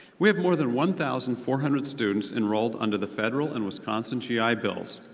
we have more than one thousand four hundred students enrolled under the federal and wisconsin g i. bills,